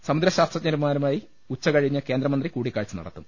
സമുദ്ര ശാസ്ത്രജ്ഞൻമാരുമായി ഉച്ചകഴിഞ്ഞ് കേന്ദ്രമന്ത്രി കൂടി ക്കാഴ്ച നടത്തും